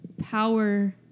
power